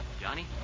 Johnny